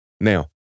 Now